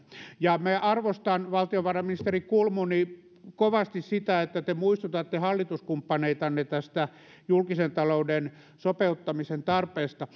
ja minä arvostan valtiovarainministeri kulmuni kovasti sitä että te muistutatte hallituskumppaneitanne tästä julkisen talouden sopeuttamisen tarpeesta